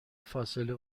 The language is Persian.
فاصله